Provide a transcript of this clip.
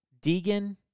Deegan